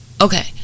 okay